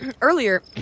earlier